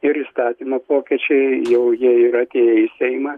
ir įstatymo pokyčiai jau jie yra atėję į seimą